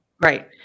Right